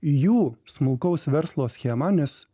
jų smulkaus verslo schemą nes